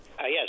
yes